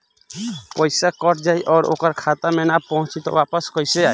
पईसा कट जाई और ओकर खाता मे ना पहुंची त वापस कैसे आई?